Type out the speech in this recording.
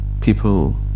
people